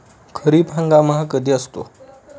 खरीप हंगाम हा कधी असतो?